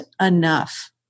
enough